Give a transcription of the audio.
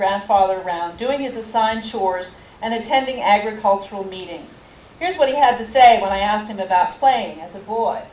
grandfather around doing as a sign chores and attending agricultural meetings here's what he had to say when i asked him about playing as a boy